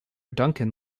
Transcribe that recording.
duncan